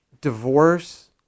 Divorce